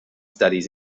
studies